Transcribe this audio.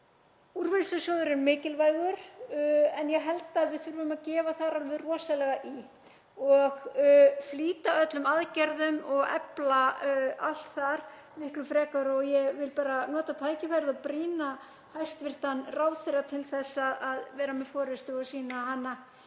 Úrvinnslusjóður er mikilvægur en ég held að við þurfum að gefa þar alveg rosalega í og flýta öllum aðgerðum og efla allt þar miklu frekar. Ég vil bara nota tækifærið og brýna hæstv. ráðherra til þess að vera með forystu og sýna hana